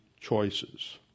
choices